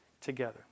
together